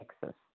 Texas